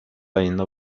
ayında